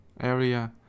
area